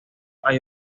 hay